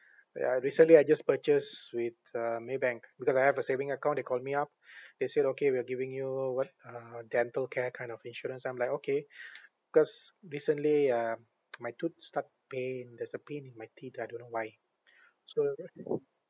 ya I recently I just purchased with uh maybank because I have a saving account they called me up they said okay we are giving you what uh dental care kind of insurance I'm like okay cause recently uh my tooth start pain there's a pain in my teeth I don't know why so